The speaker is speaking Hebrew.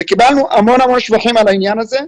קיבלנו המון שבחים על העניין הזה.